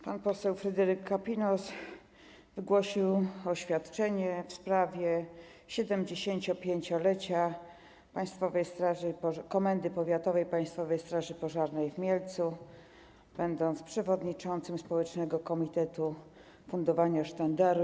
Pan poseł Fryderyk Kapinos wygłosił oświadczenie w sprawie 75-lecia Komendy Powiatowej Państwowej Straży Pożarnej w Mielcu, będąc przewodniczącym społecznego komitety ufundowania sztandaru.